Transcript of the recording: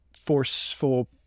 forceful